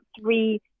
three